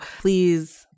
Please